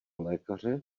lékaře